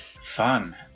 Fun